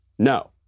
No